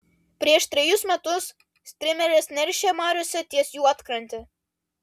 prieš trejus metus strimelės neršė mariose ties juodkrante